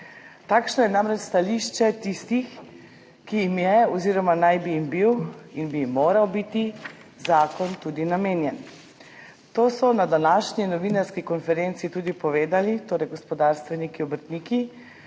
Takšno je namreč stališče tistih, ki jim je oziroma bi jim moral biti zakon tudi namenjen. To so na današnji novinarski konferenci tudi povedali gospodarstveniki, obrtniki